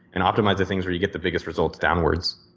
and optimize the things where you get the biggest results downwards.